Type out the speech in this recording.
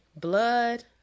blood